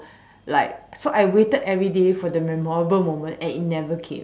like so I waited everyday for the memorable moment and it never came